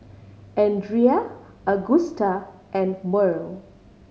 Andrea Agusta and Murl